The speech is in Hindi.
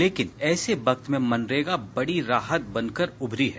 लेकिन ऐसे वक्त पर मनरेगा बड़ी राहत बनकर उभरी है